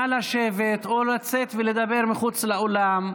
נא לשבת או לצאת ולדבר מחוץ לאולם.